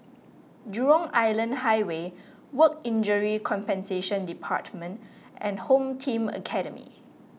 Jurong Island Highway Work Injury Compensation Department and Home Team Academy